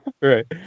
Right